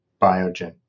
Biogen